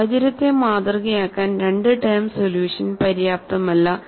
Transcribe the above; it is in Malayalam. സാഹചര്യത്തെ മാതൃകയാക്കാൻ രണ്ട് ടേം സൊല്യൂഷൻ പര്യാപ്തമല്ല